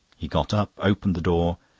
he got up, opened the door,